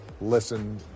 listen